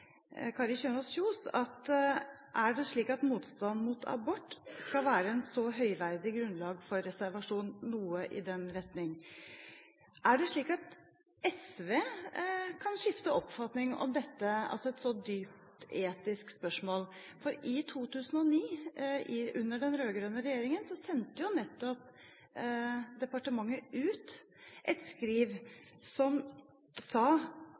Kari Kjønaas Kjos: Er det slik at motstanden mot abort skal være et høyverdig grunnlag for reservasjon? Han sa noe i den retning. Er det slik at SV kan skifte oppfatning i et så dypt etisk spørsmål? I 2009, under den rød-grønne regjeringen, sendte departementet ut et skriv der man sa